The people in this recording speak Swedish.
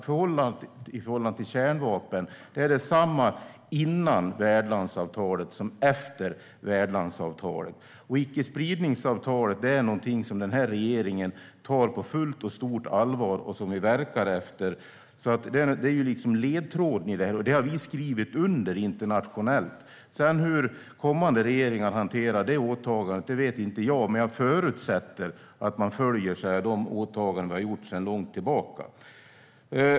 Förhållandet till kärnvapen är detsamma före värdlandsavtalet som efter värdlandsavtalet. Icke-spridningsavtalet är någonting som den här regeringen tar på fullt och stort allvar och som vi arbetar efter. Det är liksom ledtråden i detta, och det har vi skrivit under på internationellt. Sedan hur kommande regeringar hanterar det åtagandet vet inte jag. Men jag förutsätter att man följer de åtaganden som vi sedan långt tillbaka har gjort.